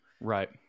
Right